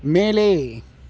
மேலே